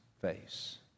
face